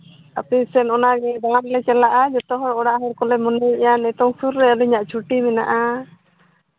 ᱟᱯᱮ ᱥᱮᱫ ᱚᱱᱟᱜᱮ ᱫᱟᱬᱟᱱ ᱞᱮ ᱪᱟᱞᱟᱜᱼᱟ ᱡᱚᱛᱚ ᱦᱚᱲ ᱚᱲᱟᱜ ᱦᱚᱲ ᱠᱚᱞᱮ ᱢᱚᱱᱮᱭᱮᱫᱼᱟ ᱱᱤᱛᱚᱝ ᱥᱩᱨ ᱨᱮ ᱟᱹᱞᱤᱧᱟᱜ ᱪᱷᱩᱴᱤ ᱢᱮᱱᱟᱜᱼᱟ